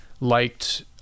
liked